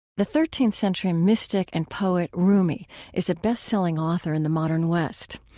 the thirteenth century mystic and poet rumi is a best-selling author in the modern west.